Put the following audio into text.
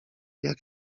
jak